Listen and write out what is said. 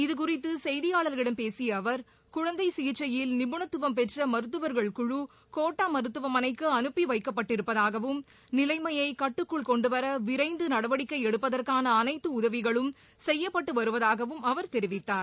இதுகுறித்து செய்தியாளர்களிடம் பேசிய அவர் குழந்தை சிகிச்சையில் நிபுணத்துவம் பெற்ற மருத்துவர்கள் குழு கோட்டா மருத்துவமனைக்கு அனுப்பி வைக்கப்பட்டிருப்பதாகவும் நிலைமையை கட்டுக்குள் கொண்டுவர விரைந்து நடவடிக்கை எடுப்பதற்கான அனைத்து உதவிகளும் செய்யபட்டு வருவதாகவும் அவர் தெரிவித்தார்